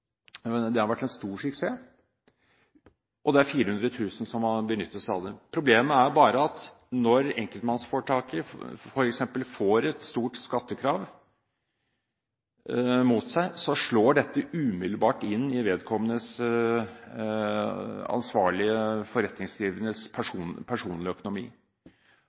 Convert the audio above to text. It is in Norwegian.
Det har vært en stor suksess. Det er 400 000 som har benyttet seg av den. Problemet er bare at når enkeltpersonsforetaket f.eks. får et stort skattekrav mot seg, slår dette umiddelbart inn i vedkommende ansvarlige forretningsdrivendes personlige økonomi.